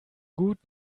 gut